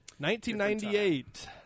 1998